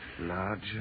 Larger